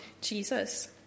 Jesus